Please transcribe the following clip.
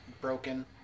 broken